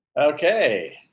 Okay